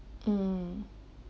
mm